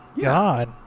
God